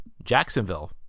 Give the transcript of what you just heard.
Jacksonville